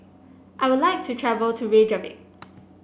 I would like to travel to Reykjavik